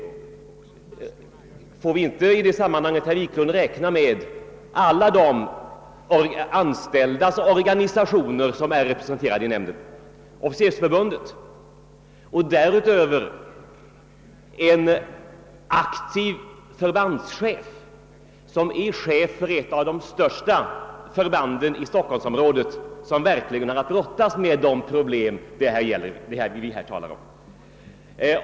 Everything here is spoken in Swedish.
Bör vi inte, herr Wiklund, i detta sammanhang räkna med att Officersförbundet är representerat i nämnden? Dessutom är en av ledamöterna chef för ett av de största stockholmsförbanden, vilket verkligen har att brottas med det problem vi nu talar om.